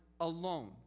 alone